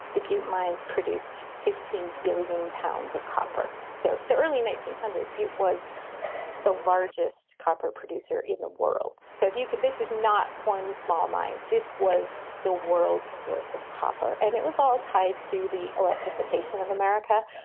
depute mines produced fifteen billion dollars pounds of copper. so the early nineteen hundreds, it was the largest copper producer in the world. so if you could, this is not one small mind. this was the world's source of copper, and it was all tied to the electrification of america.